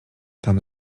tam